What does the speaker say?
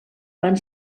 van